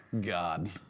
God